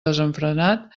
desenfrenat